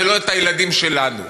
ולא את הילדים שלנו.